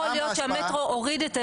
יכול להיות שהמטרו הוריד,